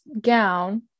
gown